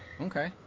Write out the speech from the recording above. Okay